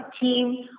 team